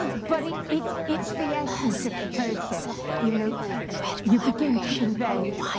but ah it's it's the essence of the process. you know you begin to invent,